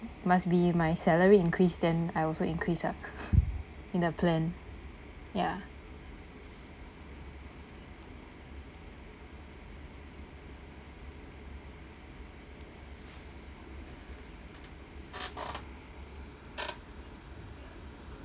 must be my salary increase then I also increase ah in the plan ya